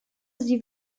sie